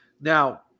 Now